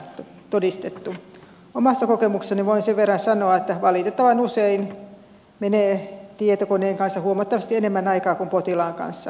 omasta kokemuksestani voin sen verran sanoa että valitettavan usein menee tietokoneen kanssa huomattavasti enemmän aikaa kuin potilaan kanssa